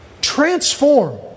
transform